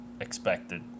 expected